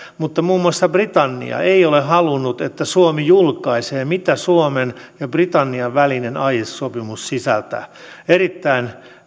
mutta muun muassa britannia ei ole halunnut että suomi julkaisee mitä suomen ja britannian välinen aiesopimus sisältää erittäin